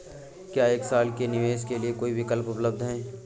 क्या एक साल के निवेश के लिए कोई विकल्प उपलब्ध है?